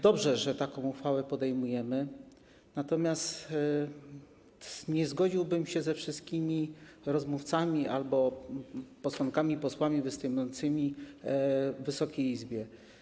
Dobrze, że taką uchwałę podejmujemy, natomiast nie zgodziłbym się ze wszystkimi rozmówcami albo posłankami, posłami występującymi w Wysokiej Izbie.